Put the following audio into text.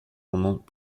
pendant